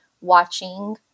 watching